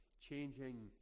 changing